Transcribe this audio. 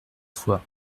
fois